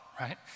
right